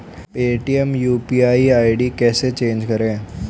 Paytm UPI ID कैसे change करें?